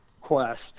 Quest